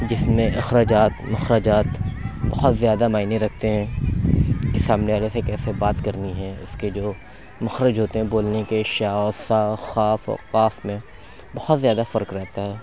جس میں اخراجات مخراجات بہت زیادہ معنی رکھتے ہیں کہ سامنے والے سے کیسے بات کرنی ہے اُس کے جو مخرج ہوتے ہیں بولنے کے شا ثا قاف میں بہت زیادہ فرق رہتا ہے